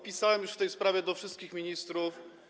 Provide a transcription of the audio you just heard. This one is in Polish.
Pisałem już w tej sprawie do wszystkich ministrów.